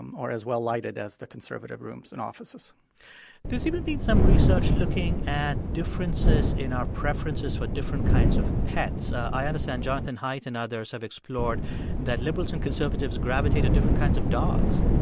um or as well-lighted as the conservative rooms and offices there's even been some research looking at differences in our preferences for different kinds of pets. i understand jonathan haidt and others have explored that liberals and conservatives gravitate to different kinds of dogs